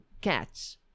cats